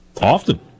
Often